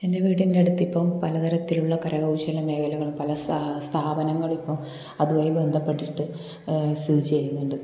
എൻറെ വീടിൻ്റെ അടുത്തിപ്പം പലതരത്തിലുള്ള കരകൗശല മേഖലകളും പല സ്ഥാ സ്ഥാപനങ്ങളും ഇപ്പോൾ അതുവഴി ബന്ധപ്പെട്ടിട്ട് സ്ഥിതി ചെയ്യുന്നുണ്ട്